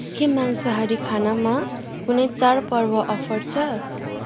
के मांसाहारी खानामा कुनै चाडपर्व अफर छ